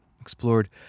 Explored